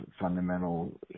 fundamental –